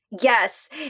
Yes